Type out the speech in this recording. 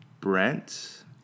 Brent